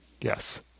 Yes